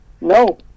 No